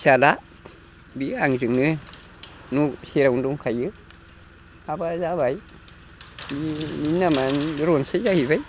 फिसाज्ला बियो आंजोंनो न' सेरावनो दंखायो हाबा जाबाय बिनि नामानो रनसाइ जाहैबाय